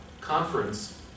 conference